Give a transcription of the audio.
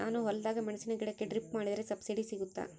ನಾನು ಹೊಲದಾಗ ಮೆಣಸಿನ ಗಿಡಕ್ಕೆ ಡ್ರಿಪ್ ಮಾಡಿದ್ರೆ ಸಬ್ಸಿಡಿ ಸಿಗುತ್ತಾ?